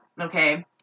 okay